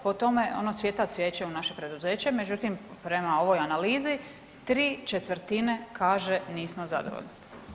Po tome, ono, cvijeta cvijeće u naše preduzeće, međutim prema ovoj analizi tri četvrtine kaže nismo zadovoljni.